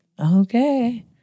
okay